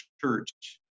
church